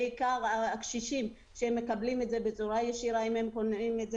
בעיקר הקשישים שהם מקבלים את זה בצורה ישירה אם הם קונים את זה